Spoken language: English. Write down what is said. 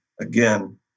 again